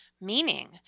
meaning